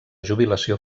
jubilació